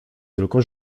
tylko